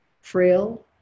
frail